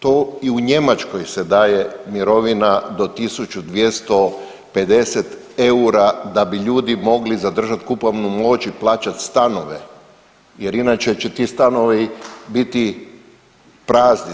To i Njemačkoj se daje mirovina do 1.250 eura da bi ljudi mogli zadržati kupovnu moć i plaćat stanove jer inače će ti stanovi biti prazni.